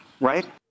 Right